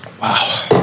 Wow